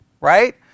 right